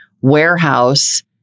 warehouse